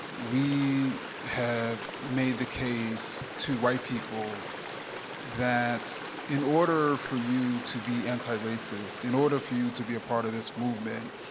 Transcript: we have made the case to white people that in order for you to be anti-racist, in order for you to be a part of this movement,